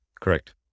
Correct